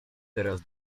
teraz